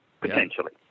potentially